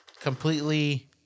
completely